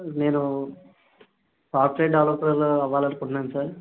నేను సాఫ్ట్వేర్ డెవలపర్లా అవ్వాలనుకుంటున్నాను సార్